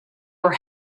were